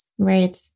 Right